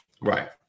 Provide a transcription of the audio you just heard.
Right